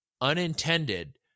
Unintended